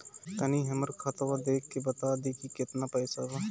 तनी हमर खतबा देख के बता दी की केतना पैसा बा?